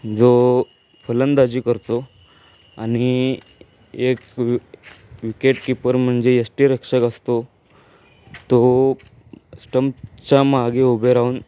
जो फलंदाजी करतो आणि एक वि विकेटकीपर म्हणजे यष्टीरक्षक असतो तो स्टम्पच्या मागे उभे राहून